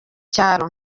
cyaro